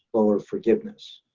lower forgiveness.